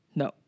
no